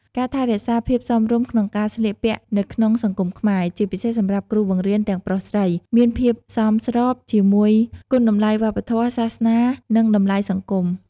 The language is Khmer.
ការថែរក្សាភាពសមរម្យក្នុងការស្លៀកពាក់នៅក្នុងសង្គមខ្មែរ ជាពិសេសសម្រាប់គ្រូបង្រៀនទាំងប្រុសស្រី មានភាពសមស្របជាមួយគុណតម្លៃវប្បធម៌ សាសនា និង តម្លៃសង្គម។